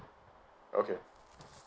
okay